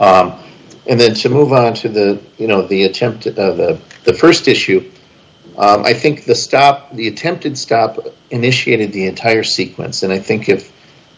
and then to move on to the you know the attempt at the the st issue i think the stop the attempted stop initiated the entire sequence and i think if